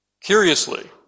Curiously